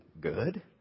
good